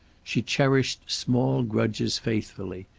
she cherished small grudges faithfully.